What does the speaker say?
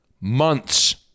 months